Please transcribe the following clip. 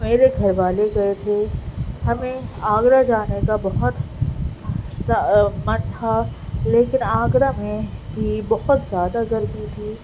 میرے گھر والے گئے تھے ہمیں آگرہ جانے کا بہت من تھا لیکن آگرہ میں بھی بہت زیادہ گرمی تھی